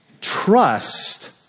trust